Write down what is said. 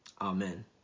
Amen